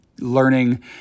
learning